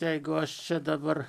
jeigu aš čia dabar